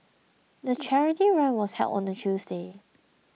the charity run was held on a Tuesday